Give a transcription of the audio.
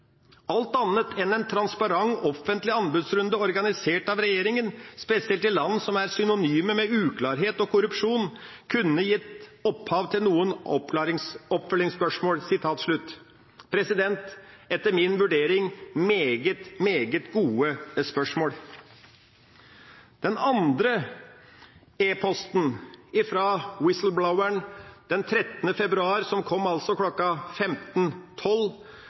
Alt annet enn «en transparent offentlig anbudsrunde organisert av regjeringen», spesielt i land som er synonyme med uklarhet og korrupsjon, kunne gitt opphav til noen oppfølgingsspørsmål.» Dette er etter min vurdering meget, meget gode spørsmål. Den andre e-posten fra whistleblower-en den 13. februar kom